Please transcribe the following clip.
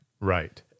Right